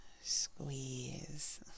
squeeze